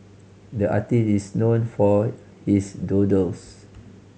the artist is known for his doodles